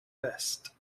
vest